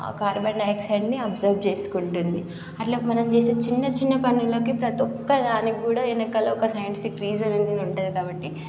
ఆ కార్బన్ డయాక్సైడ్ని అబ్సర్బ్ చేసుకుంటుంది అట్లా మనం చేసే చిన్న చిన్న పనులకి ప్రతీ ఒక్క దానికి కూడా వెనకాల ఒక సైంటిఫిక్ రీజన్ అనేది ఉంటుంది కాబట్టి